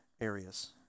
areas